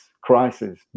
crisis